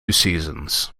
seasons